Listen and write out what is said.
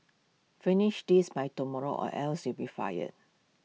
finish this by tomorrow or else you'll be fired